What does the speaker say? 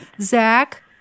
Zach